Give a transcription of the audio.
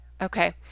Okay